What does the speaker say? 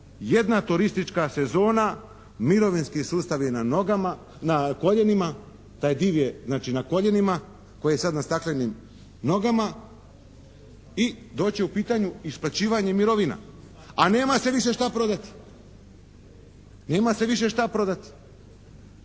jedna turistička sezona, mirovinski sustav je na koljenima, taj div je znači na koljenima koji je sada na staklenim nogama i doći će u pitanje isplaćivanje mirovina, a nema se više šta prodati. Nema se više šta prodati,